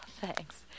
Thanks